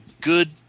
good